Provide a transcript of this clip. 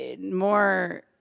more